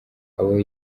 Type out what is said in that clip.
abo